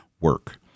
work